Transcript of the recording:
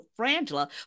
FRANGELA